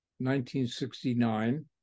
1969